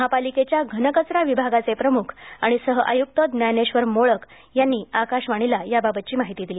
महापालिकेच्या घनकचरा विभागाचे प्रमुख आणि सह आय्क्त ज्ञानेश्वर मोळक यांनी आकाशवाणीला याबाबत माहिती दिली